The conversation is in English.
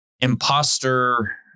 Imposter